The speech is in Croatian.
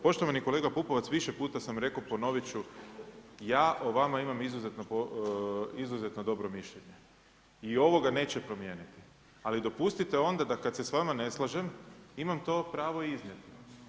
Poštovani kolega Pupovac, više puta sam rekao, ponovit ću, ja o vama imam izuzetno dobro mišljenje i ovo ga neće promijeniti ali dopustite onda da kad se s vama ne slažem, imam to pravo i iznijeti.